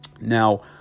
Now